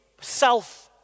self